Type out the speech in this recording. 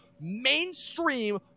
mainstream